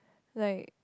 like